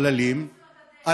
חללים,